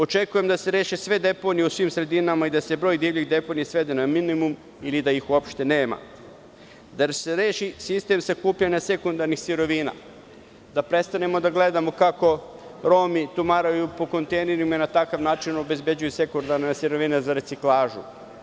Očekujem da se reše sve deponije u svim sredinama i da se broj divljih deponija svede na minimum, ili da ih uopšte nema; da se reši sistem sakupljanja sekundarnih sirovina, da prestanemo da gledamo kako Romi tumaraju po kontejnerima i na takav način obezbeđuju sekundarne sirovine za reciklažu.